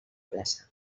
plaça